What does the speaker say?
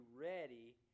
ready